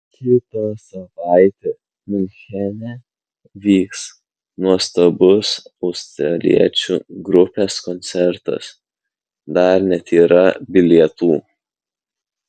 kitą savaitę miunchene vyks nuostabus australiečių grupės koncertas dar net yra bilietų